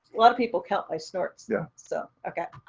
lot of people count my snorts. yeah so okay.